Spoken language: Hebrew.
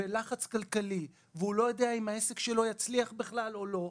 לחץ כלכלי והוא לא יודע אם העסק שלו יצליח בכלל או לא,